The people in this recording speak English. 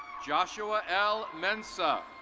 joshua l mensa.